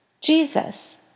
Jesus